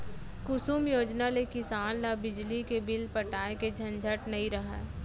कुसुम योजना ले किसान ल बिजली के बिल पटाए के झंझट नइ रहय